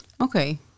Okay